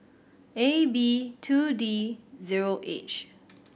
A B two D zero H